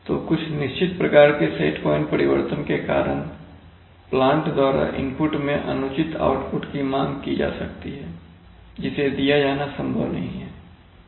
तो कुछ निश्चित प्रकार के सेट पॉइंट परिवर्तन के कारण प्लांट द्वारा इनपुट में अनुचित आउटपुट की मांग की जा सकती है जिसे दिया जाना संभव नहीं है